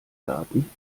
daten